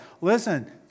Listen